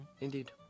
Indeed